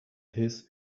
his